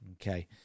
Okay